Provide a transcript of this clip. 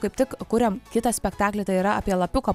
kaip tik kuriam kitą spektaklį tai yra apie lapiuką